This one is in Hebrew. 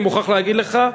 אני מוכרח להגיד לך,